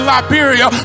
Liberia